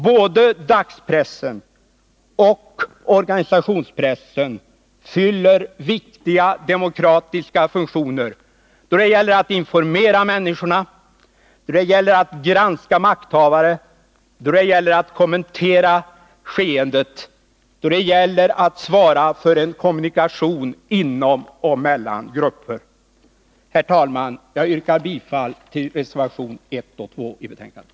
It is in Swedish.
Både dagspressen och organisationspressen fyller viktiga demokratiska funktioner då det gäller att informera människorna, då det gäller att granska makthavare, då det gäller att kommentera skeendet och då det gäller att svara för en kommunikation inom och mellan grupper. Herr talman! Jag yrkar bifall till reservationerna 1 och 2 i betänkandet.